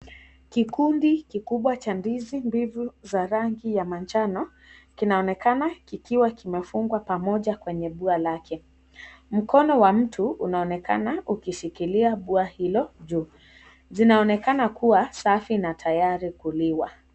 Kikundi kikubwa cha ndizi mbivu za rangi ya manjano kinaonekana kikiwa kimefungwa pamoja kwenye buwa lake, mkono wa mtu unaonekana ukishikilia buwa hilo juu, zinaonekana kuwa safi na tayari kuliwa.